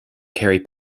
carry